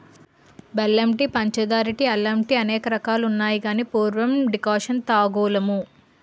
బెల్లం టీ పంచదార టీ అల్లం టీఅనేక రకాలున్నాయి గాని పూర్వం డికర్షణ తాగోలుము